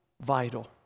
vital